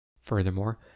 Furthermore